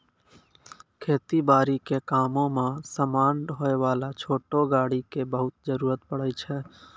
खेती बारी के कामों मॅ समान ढोय वाला छोटो गाड़ी के बहुत जरूरत पड़ै छै